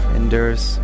endures